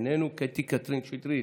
איננו, קטי קטרין שטרית,